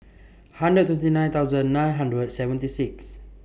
hundred twenty nine thousand nine hundred seventy six